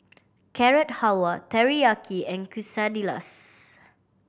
Carrot Halwa Teriyaki and Quesadillas